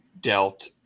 dealt